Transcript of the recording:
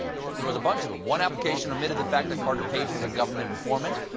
there there was a bunch of them. one application omitted the fact that carter page was a government informant,